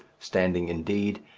standing, indeed,